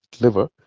liver